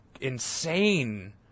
insane